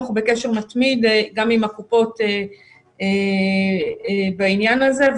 אנחנו בקשר מתמיד גם עם הקופות בעניין הזה.